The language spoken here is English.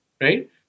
right